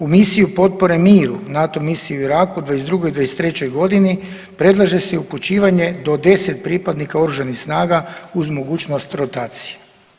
U misiji potpore miru „NATO misiji u Iraku“ u '22. i '23.g. predlaže se upućivanje do 10 pripadnika oružanih snaga uz mogućnost rotacije.